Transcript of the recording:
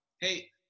hey